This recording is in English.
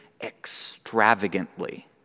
extravagantly